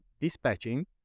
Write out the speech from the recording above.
dispatching